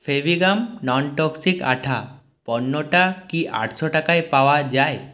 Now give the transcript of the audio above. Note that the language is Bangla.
ফেভিগাম নন টক্সিক আঠা পণ্যটা কি আটশো টাকায় পাওয়া যায়